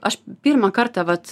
aš pirmą kartą vat